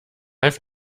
have